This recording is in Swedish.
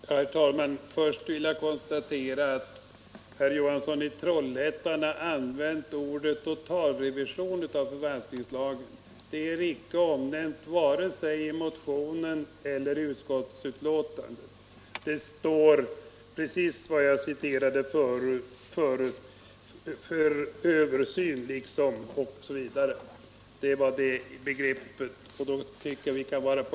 Herr talman! Först vill jag konstatera att herr Johansson i Trollhättan använde ordet ”totalrevision” när det gällde förvaltningslagen. Någon totalrevision är icke omnämnd vare sig i motionen eller i utskottsbetänkandet. Vi använder, som jag tidigare citerade, begreppet ”översyn”.